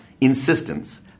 insistence